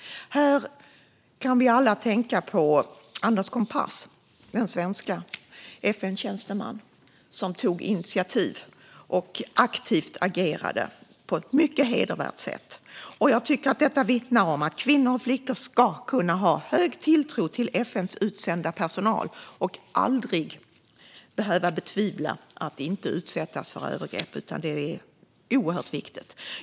Här kan vi alla tänka på Anders Kompass, den svenske FN-tjänsteman som tog initiativ och aktivt agerade på ett mycket hedervärt sätt. Detta vittnar om att kvinnor och flickor ska kunna ha hög tilltro till FN:s utsända personal och aldrig behöva tvivla på att de inte ska utsättas för övergrepp. Det är oerhört viktigt.